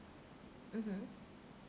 mmhmm